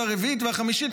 הרביעית והחמישית,